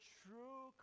true